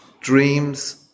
dreams